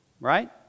right